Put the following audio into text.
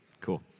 Cool